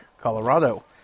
colorado